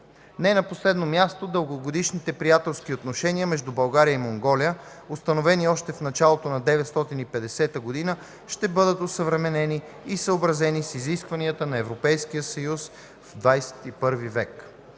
Не на последно място, дългогодишните приятелски отношения между България и Монголия, установени още в началото на 1950 г., ще бъдат осъвременени и съобразени с изискванията на Европейския съюз в XXI век.